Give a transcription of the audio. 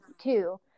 two